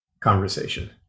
conversation